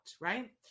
right